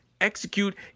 execute